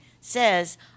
says